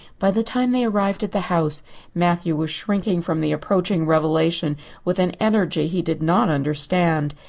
by the time they arrived at the house matthew was shrinking from the approaching revelation with an energy he did not understand.